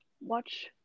watch